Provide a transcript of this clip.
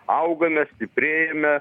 augame stiprėjame